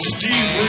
Steve